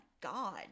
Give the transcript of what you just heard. god